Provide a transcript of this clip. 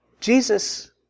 Jesus